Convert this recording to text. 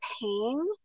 pain